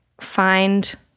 find